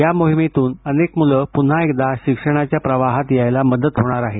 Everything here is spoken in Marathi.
या मोहिमेतून अनेक मुलं पुन्हा एकदा शिक्षणाच्या प्रवाहात यायला मदत होणार आहे